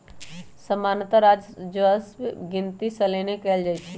सामान्तः राजस्व के गिनति सलने कएल जाइ छइ